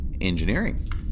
Engineering